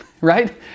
right